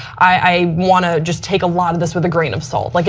i want to just take a lot of this with a grain of salt. like